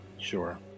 Sure